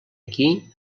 aquí